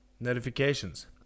notifications